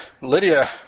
Lydia